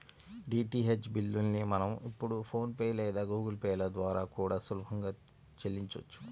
DTH బిల్లుల్ని మనం ఇప్పుడు ఫోన్ పే లేదా గుగుల్ పే ల ద్వారా కూడా సులభంగా చెల్లించొచ్చు